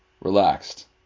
relaxed